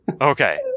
Okay